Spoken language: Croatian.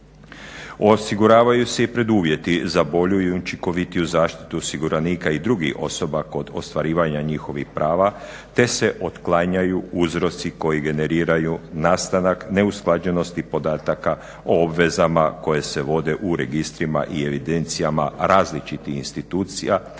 Osiguravaju se i preduvjeti za bolju i učinkovitiju zaštitu osiguranika i drugih osoba kod ostvarivanja njihovih prava te se otklanjaju uzroci koji generiraju nastanak neusklađenosti podataka o obvezama koje se vode u registrima i evidencijama različitih institucija